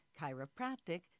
Chiropractic